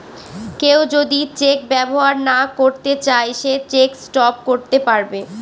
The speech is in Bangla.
কেউ যদি চেক ব্যবহার না করতে চাই সে চেক স্টপ করতে পারবে